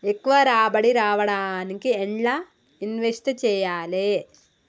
ఎక్కువ రాబడి రావడానికి ఎండ్ల ఇన్వెస్ట్ చేయాలే?